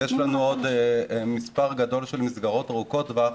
יש לנו עוד מספר גדול של מסגרות ארוכות טווח.